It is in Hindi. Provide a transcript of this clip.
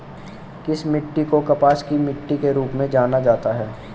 किस मिट्टी को कपास की मिट्टी के रूप में जाना जाता है?